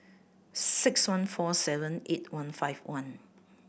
six one four seven eight one five one